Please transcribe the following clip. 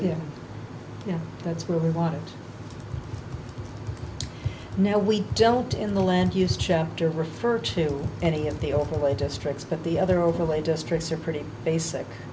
know that's where we want to know we don't in the land use chapter refer to any of the overlay districts but the other overlay districts are pretty basic